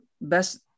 best